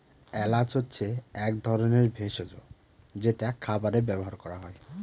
এলাচ হচ্ছে এক ধরনের ভেষজ যেটা খাবারে ব্যবহার করা হয়